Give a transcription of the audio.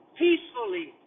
peacefully